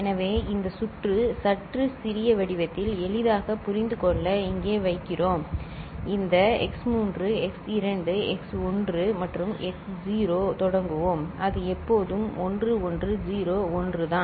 எனவே இந்த சுற்று சற்று சிறிய வடிவத்தில் எளிதாக புரிந்துகொள்ள இங்கே வைக்கிறோம் இந்த x3 x2 x1 மற்றும் x0 தொடங்குவோம் அது எப்போதும் 1101 தான்